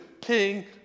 King